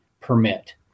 permit